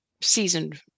seasoned